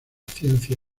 ciencia